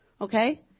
Okay